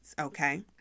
okay